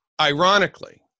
ironically